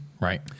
Right